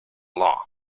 law